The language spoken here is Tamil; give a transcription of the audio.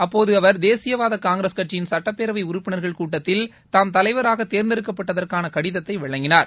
அப்போது அவர் தேசியவாத காங்கிரஸ் கட்சியின் சட்டப்பேரவை உறுப்பினர்கள் கூட்டத்தில் தாம் தலைவராக தேர்ந்தெடுக்கப்பட்டதற்கான கடிதத்தை வழங்கினார்